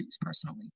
personally